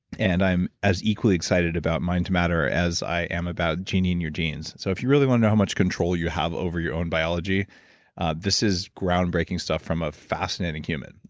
and i'm as equally excited about mind to matter as i am about genie in your genes. so if you really want how much control you have over your own biology this is groundbreaking stuff from a fascinating human.